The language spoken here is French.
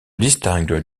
distingue